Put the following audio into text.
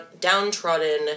downtrodden